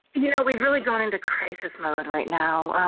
you know, we've really gone into crisis mode right now.